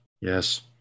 Yes